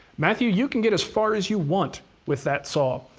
matthew, you can get as far as you want with that saw,